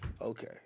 Okay